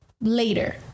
later